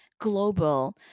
global